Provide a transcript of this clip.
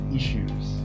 issues